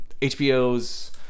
hbo's